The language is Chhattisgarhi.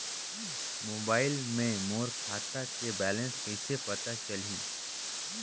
मोबाइल मे मोर खाता के बैलेंस कइसे पता चलही?